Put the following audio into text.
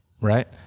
right